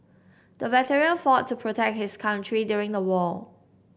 the veteran fought to protect his country during the war